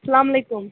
سلام علیکُم